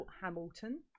Hamilton